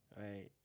Right